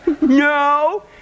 No